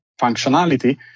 functionality